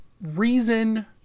reason